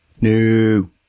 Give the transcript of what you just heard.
No